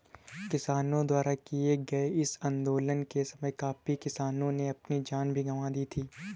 किसानों द्वारा किए गए इस आंदोलन के समय काफी किसानों ने अपनी जान भी गंवा दी थी